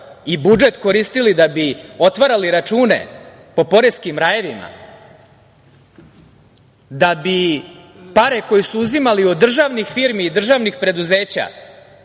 i budžet koristili da bi otvarali račune po poreskim rajevima da bi pare koje su uzimali od državnih firmi i državnih preduzeća